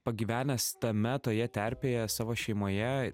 pagyvenęs tame toje terpėje savo šeimoje